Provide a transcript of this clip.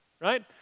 right